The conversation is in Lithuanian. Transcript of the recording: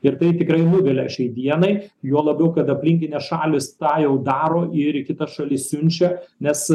ir tai tikrai nuvilia šiai dienai juo labiau kad aplinkinės šalys tą jau daro ir į kitas šalis siunčia nes